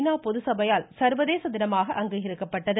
நா பொதுச்சபையால் சர்வதேச தினமாக அங்கீகரிக்கப்பட்டது